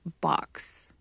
box